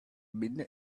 been